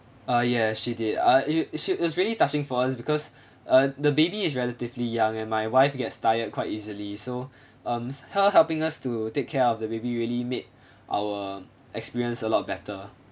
uh ya she did ah is is is really touching for us because uh the baby is relatively young and my wife gets tired quite easily so um her helping us to take care of the baby really made our experience a lot better